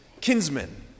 kinsmen